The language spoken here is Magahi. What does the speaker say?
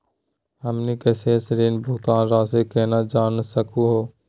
हमनी के शेष ऋण भुगतान रासी केना जान सकू हो?